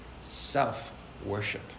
self-worship